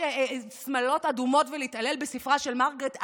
שמלות אדומות ולהתעלל בספרה של מרגרט אטווד,